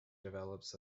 develops